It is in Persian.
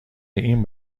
این